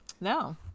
No